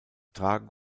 tragen